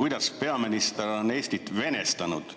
kuidas peaminister on Eestit venestanud